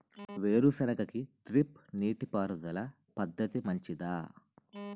వేరుసెనగ కి డ్రిప్ నీటిపారుదల పద్ధతి మంచిదా?